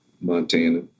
Montana